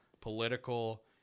political